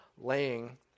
laying